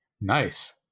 Nice